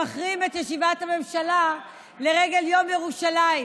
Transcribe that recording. מחרים את ישיבת הממשלה לרגל יום ירושלים.